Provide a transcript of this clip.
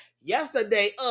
yesterday